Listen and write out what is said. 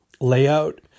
layout